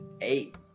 eight